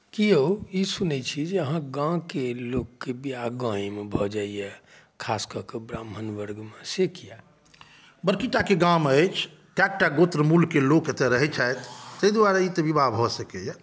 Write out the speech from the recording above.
ई सुनै छी जे अहाँक गामके लोकके बियाह गामेमे भऽ जाइए खास कए कऽ ब्राम्हण वर्गमे से किया बड़की टाके गाम अछि कैकटा मुल गोत्रके लोक एतऽ रहै छथि तै दुआरे ई तऽ विवाह भऽ सकैए